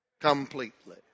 completely